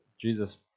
Jesus